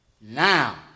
Now